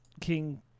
King